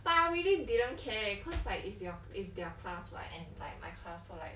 but I really didn't care cause like it's your it's their class right and like my class so like